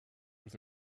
with